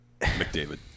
McDavid